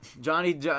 Johnny